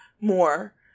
more